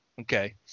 okay